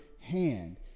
hand